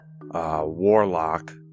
Warlock